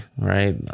right